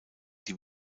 die